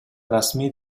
расмий